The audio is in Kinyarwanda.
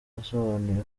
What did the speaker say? yasobanuye